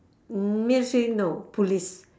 mm me I say no police